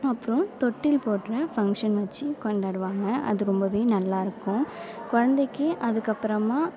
அப்றம் தொட்டில் போட்டு ஃபங்ஷன் வச்சு கொண்டாடுவாங்க அது ரொம்பவே நல்லாயிருக்கும் குழந்தைக்கி அதுக்கு அப்புறமா